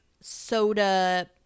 soda